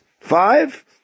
five